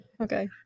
Okay